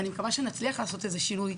אני מקווה שנצליח לעשות איזשהו שינוי.